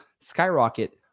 skyrocket